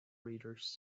readers